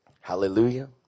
Hallelujah